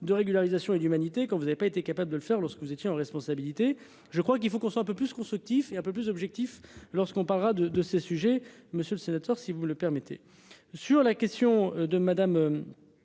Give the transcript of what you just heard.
de régularisation et d'humanité. Quand vous n'avez pas été capable de le faire lorsque vous étiez aux responsabilités. Je crois qu'il faut qu'on soit un peu plus constructif et un peu plus objectif lorsqu'on parlera de de ce sujet, monsieur le sénateur, si vous le permettez sur la question de madame.